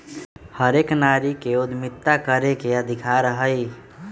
हर एक नारी के उद्यमिता करे के अधिकार हई